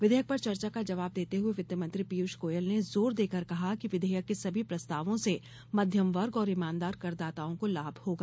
विधेयक पर चर्चा का जवाब देते हुए वित्त मंत्री पीयूष गोयल ने जोर देकर कहा कि विधेयक के सभी प्रस्तावों से मध्यम वर्ग और ईमानदार कर दाताओं को लाभ होगा